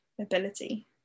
ability